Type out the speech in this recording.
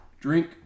Drink